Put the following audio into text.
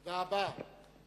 תודה רבה.